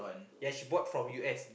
ya she bought from U_S